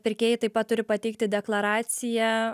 pirkėjai taip pat turi pateikti deklaraciją